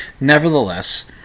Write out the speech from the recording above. Nevertheless